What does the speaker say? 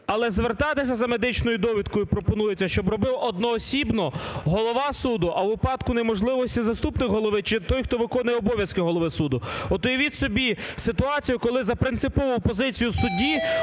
Але звертатися за медичною довідкою пропонується, щоб робив одноосібно голова суду, а у випадку неможливості – заступник голови чи той, хто виконує обов'язки голови суду. От уявіть собі ситуацію, коли за принципову позицію судді